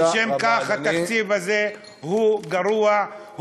משום כך התקציב הזה הוא גרוע כן.